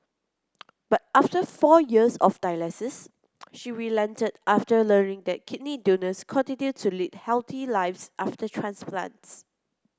but after four years of dialysis she relented after learning that kidney donors continue to lead healthy lives after transplants